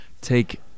take